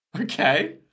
Okay